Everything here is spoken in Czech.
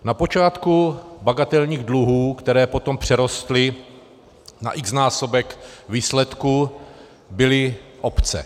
Na počátku bagatelních dluhů, které potom přerostly na xnásobek výsledků, byly obce.